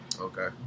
Okay